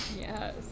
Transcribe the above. Yes